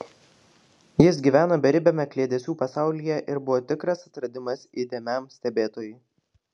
jis gyveno beribiame kliedesių pasaulyje ir buvo tikras atradimas įdėmiam stebėtojui